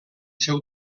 seu